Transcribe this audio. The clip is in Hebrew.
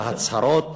בהצהרות,